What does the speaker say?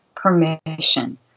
Permission